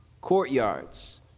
Courtyards